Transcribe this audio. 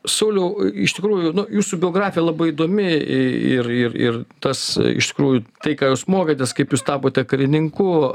sauliau iš tikrųjų nu jūsų biografija labai įdomi ir ir tas iš tikrųjų tai ką jūs mokėtės kaip jūs tapote karininku